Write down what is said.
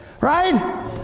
Right